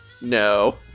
No